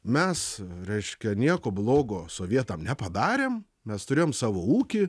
mes reiškia nieko blogo sovietam nepadarėm mes turėjom savo ūkį